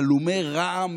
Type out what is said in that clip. הלומי רעם,